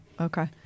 okay